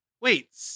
Wait